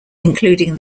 including